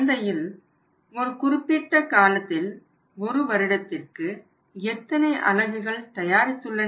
சந்தையில் ஒரு குறிப்பிட்ட காலத்தில் ஒரு வருடத்திற்கு எத்தனை அலகுகள் தயாரித்துள்ளனர்